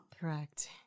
Correct